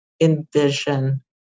envision